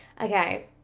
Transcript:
Okay